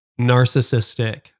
narcissistic